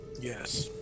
Yes